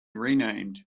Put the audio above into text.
renamed